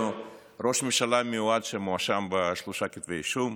ראש ממשלה מיועד שמואשם בשלושה כתבי אישום,